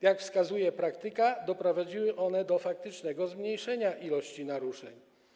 Jak wskazuje praktyka, doprowadziły one do faktycznego zmniejszenia liczby naruszeń.